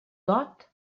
dot